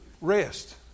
rest